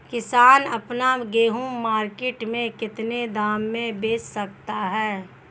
किसान अपना गेहूँ मार्केट में कितने दाम में बेच सकता है?